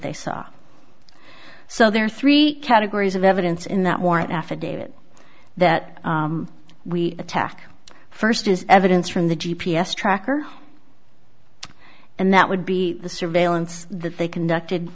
they saw so there are three categories of evidence in that warrant affidavit that we attack first is evidence from the g p s tracker and that would be the surveillance that they conduct